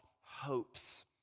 hopes